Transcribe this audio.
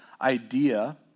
idea